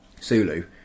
Sulu